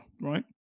right